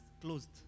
closed